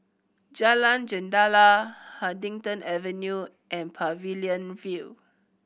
Jalan Jendela Huddington Avenue and Pavilion View